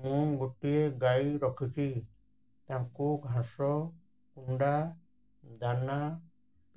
ମୁଁ ଗୋଟିଏ ଗାଈ ରଖିଛି ତାଙ୍କୁ ଘାସ କୁଣ୍ଡା ଦାନା